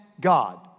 God